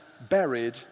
buried